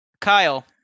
Kyle